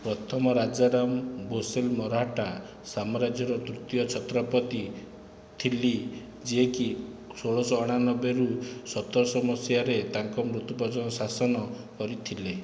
ପ୍ରଥମ ରାଜାରାମ ଭୋସଲ ମରହଟ୍ଟା ସାମ୍ରାଜ୍ୟର ତୃତୀୟ ଛତ୍ରପତି ଥିଲେ ଯିଏକି ଷୋଳଶହ ଅଣାନବେ ରୁ ସତରଶହ ମସିହାରେ ତାଙ୍କ ମୃତ୍ୟୁ ପର୍ଯ୍ୟନ୍ତ ଶାସନ କରିଥିଲେ